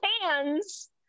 hands